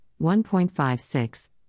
1.56